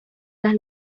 las